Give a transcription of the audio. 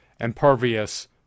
impervious